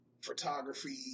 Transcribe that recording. photography